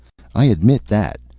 i admit that.